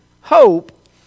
hope